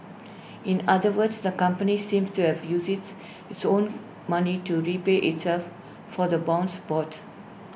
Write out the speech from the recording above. in other words the company seemed to have used its its own money to repay itself for the bonds bought